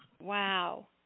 Wow